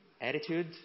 Attitude